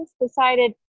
decided